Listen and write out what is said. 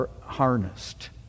harnessed